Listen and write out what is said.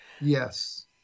Yes